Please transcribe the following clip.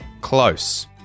Close